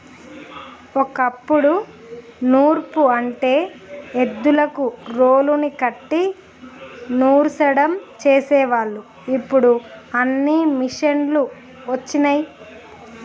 ఓ కప్పుడు నూర్పు అంటే ఎద్దులకు రోలుని కట్టి నూర్సడం చేసేవాళ్ళు ఇప్పుడు అన్నీ మిషనులు వచ్చినయ్